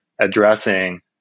addressing